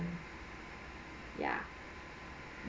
ya